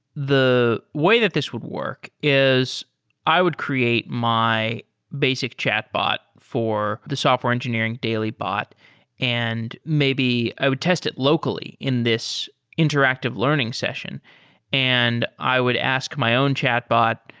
the way that this would work is i would create my basic chat bot for the software engineering daily bot and maybe i would test it locally in this interactive learning session and i would ask my own chat bot,